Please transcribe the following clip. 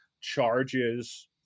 charges